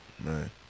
Man